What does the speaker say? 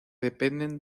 dependen